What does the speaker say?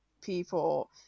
people